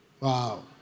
Wow